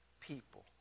people